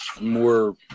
more